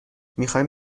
میخایم